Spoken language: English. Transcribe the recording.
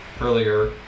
earlier